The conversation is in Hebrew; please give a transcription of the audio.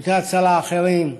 לשירותי ההצלה האחרים,